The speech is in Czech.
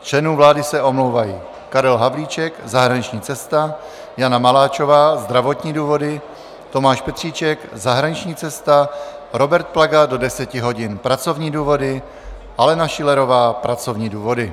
Z členů vlády se omlouvají: Karel Havlíček zahraniční cesta, Jana Maláčová zdravotní důvody, Tomáš Petříček zahraniční cesta, Robert Plaga do 10 hodin pracovní důvody, Alena Schillerová pracovní důvody.